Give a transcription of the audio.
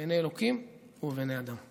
בעיני אלוקים ובעיני אדם.